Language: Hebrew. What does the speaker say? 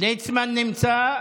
ליצמן נמצא.